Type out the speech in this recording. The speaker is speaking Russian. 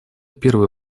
первый